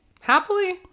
happily